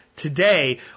today